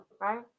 right